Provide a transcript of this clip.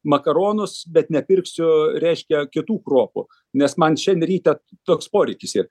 makaronus bet nepirksiu reiškia kitų kruopų nes man šiandien ryte toks poreikis yr